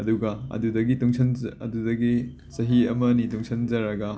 ꯑꯗꯨꯒ ꯑꯗꯨꯗꯒꯤ ꯇꯨꯡꯁꯤꯟ ꯑꯗꯨꯗꯒꯤ ꯆꯍꯤ ꯑꯃ ꯑꯅꯤ ꯇꯨꯡꯁꯤꯟꯖꯔꯒ